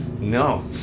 no